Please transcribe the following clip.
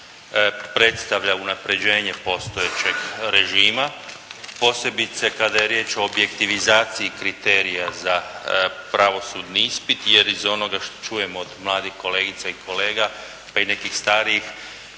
predstavlja unapređenje postojećeg režima, posebice kada je riječ o objektivizaciji kriterija za pravosudni ispit, jer iz onoga što čujemo od mladih kolegica i kolega, pa i nekih starijih,